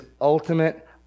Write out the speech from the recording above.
ultimate